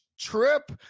trip